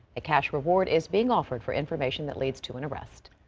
a cash reward is being offered for information that leads to an arrest.